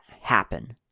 happen